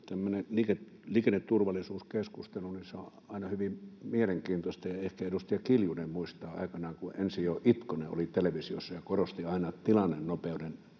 Tämmöinen liikenneturvallisuuskeskustelu on aina hyvin mielenkiintoista. Ehkä edustaja Kiljunen muistaa, kun Ensio Itkonen oli aikanaan televisiossa ja korosti aina tilannenopeuden